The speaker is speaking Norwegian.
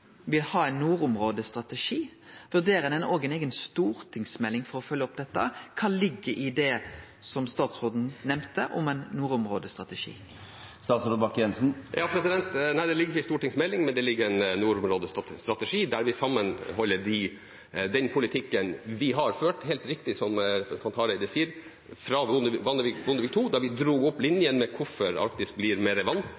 ha ein nordområdestrategi. Vurderer han òg ei eiga stortingsmelding for å følgje opp dette? Kva ligg i det som statsråden nemnde om ein nordområdestrategi? Nei, det ligger ikke en stortingsmelding, men det ligger en nordområdestrategi, der vi sammenholder den politikken vi har ført fra – som representanten Hareide helt riktig sier – Bondevik II-regjeringens tid, der vi dro opp